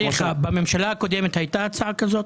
בממשלה הקודמת היתה הצעה כזאת?